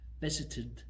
visited